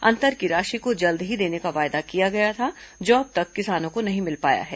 अंतर की राशि को जल्द ही देने का वायदा किया गया था जो अब तक किसानों को नहीं मिल पाया है